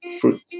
fruit